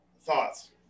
Thoughts